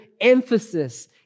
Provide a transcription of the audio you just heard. emphasis